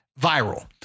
viral